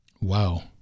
Wow